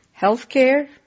healthcare